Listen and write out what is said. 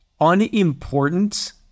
unimportant